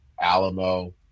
Alamo